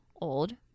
old